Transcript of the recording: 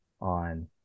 on